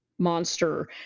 Monster